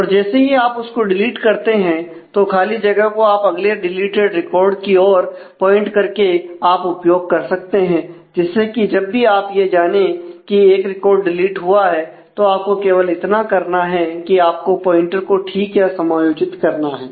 और जैसे ही आप इसको डिलीट करते हैं तो खाली जगह को आप अगले डिलीटेड रिकॉर्ड की ओर पॉइंट करके आप उपयोग कर सकते हैं जिससे कि जब भी आप यह जाने की एक रिकॉर्ड डिलीट हुआ है तो आपको केवल इतना करना है कि आपको प्वाइंटर को ठीक या समायोजित करना है